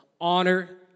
honor